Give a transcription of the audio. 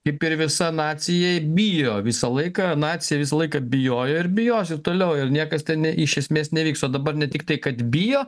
kaip ir visa nacija bijo visą laiką nacija visą laiką bijojo ir bijos toliau ir niekas ten iš esmės nevyks o dabar ne tiktai kad bijo